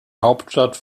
hauptstadt